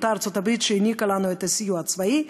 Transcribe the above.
אותה ארצות-הברית שהעניקה לנו את הסיוע הצבאי,